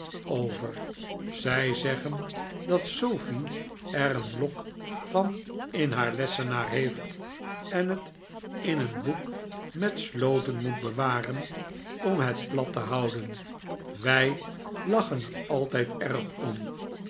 over zij zeggen dat sofie er een lok van in haar lessenaar heeft en het in een boek met sloten moet bewaren om het plat te houden wij lachen er altijd erg om